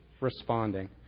responding